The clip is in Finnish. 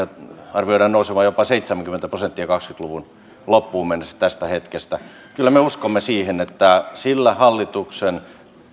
arvioidaan nousevan jopa seitsemänkymmentä prosenttia kaksikymmentä luvun loppuun mennessä tästä hetkestä kyllä me uskomme siihen että sillä hallituksen